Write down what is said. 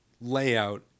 layout